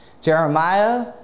Jeremiah